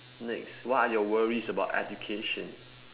next what are your worries about education